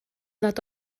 nad